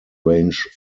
range